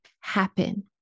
happen